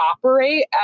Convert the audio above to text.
operate